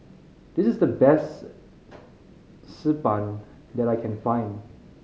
this is the best Xi Ban that I can find